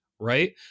right